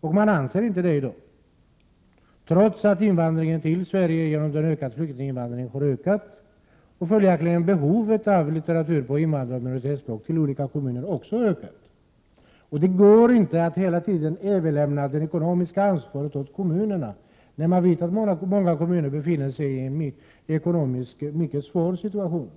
men man anser inte det i dag. Invandringen till Sverige har ökat till följd av den ökade flyktinginvandringen, och följaktligen har behovet av litteratur på invandraroch minoritetsspråk också ökat. Det går inte att hela tiden överlämna det ekonomiska ansvaret till kommunerna, när man vet att många kommuner befinner sig i en ekonomiskt mycket svår situation.